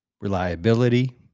Reliability